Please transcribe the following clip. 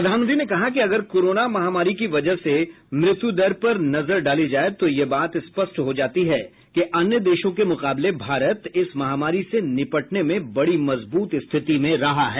प्रधानमंत्री ने कहा कि अगर कोरोना महामारी की वजह से मृत्युदर पर नजर डाली जाए तो यह बात स्पष्ट हो जाती है कि अन्य देशों के मुकाबले भारत इस महामारी से निपटने में बड़ी मजबूत स्थिति में रहा है